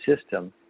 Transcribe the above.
system